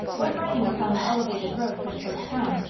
was riding upon the elevated road for the first time,